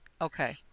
okay